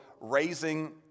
raising